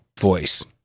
voice